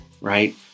right